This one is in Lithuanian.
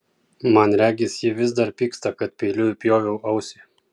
man regis ji vis dar pyksta kad peiliu įpjoviau ausį